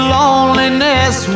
loneliness